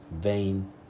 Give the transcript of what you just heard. vain